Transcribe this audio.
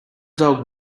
dog